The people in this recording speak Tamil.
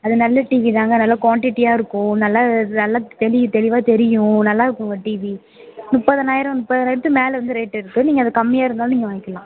அது நல்ல டிவிதாங்க நல்ல குவாண்டிட்டியாக இருக்கும் நல்ல நல்ல தெளி தெளிவாக தெரியும் நல்லாயிருக்குங்க டிவி முப்பதனாயிரம் முப்பதனாயிரத்துக்கு மேலே வந்து ரேட் இருக்கு நீங்கள் அதை கம்மியாக இருந்தாலும் நீங்கள் வாங்க்கலாம்